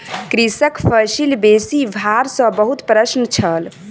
कृषक फसिल बेसी भार सॅ बहुत प्रसन्न छल